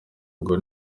ngo